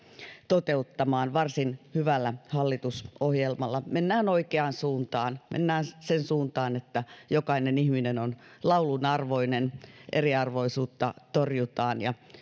toteuttamaan varsin hyvällä hallitusohjelmalla mennään oikeaan suuntaan mennään sen suuntaan että jokainen ihminen on laulun arvoinen eriarvoisuutta torjutaan ja